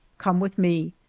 come with me,